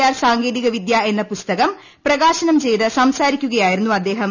R സാങ്കേതിക വിദ്യ എന്ന പുസ്തകം പ്രകാശനം ചെയ്ത് സംസാരിക്കുകയായിരുന്നു അദ്ദേഹം